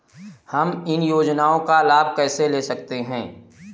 हम इन योजनाओं का लाभ कैसे ले सकते हैं?